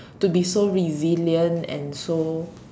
to be so resilient and so